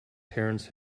terence